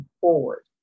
forward